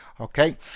Okay